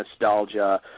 nostalgia